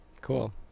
Cool